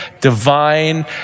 divine